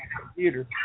computer